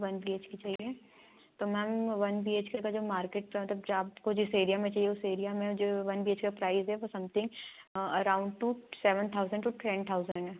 one B H K चाहिए तो B H K one B H K का जो मार्केट का मतलब जो आपको जिस एरिया में चाहिए उस एरिया में जो वन बी एच के का प्राइज़ है वो something around two seven thousand to ten thousand है